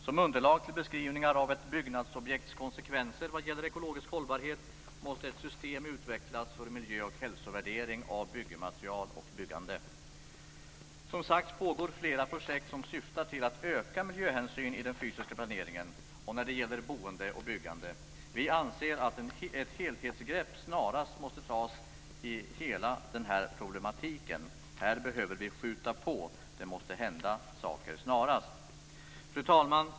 Som underlag till beskrivningar av ett byggnadsobjekts konsekvenser vad gäller ekologisk hållbarhet måste ett system utvecklas för miljö och hälsovärdering av byggmaterial och byggande. Som sagts pågår flera projekt som syftar till att öka miljöhänsynen i den fysiska planeringen och när det gäller boende och byggande. Vi anser att ett helhetsgrepp snarast måste tas vad gäller hela denna problematik. Här behöver vi skjuta på. Det måste hända saker snarast. Fru talman!